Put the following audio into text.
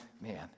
Man